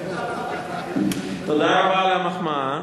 תודה רבה על המחמאה.